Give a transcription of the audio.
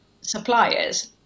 suppliers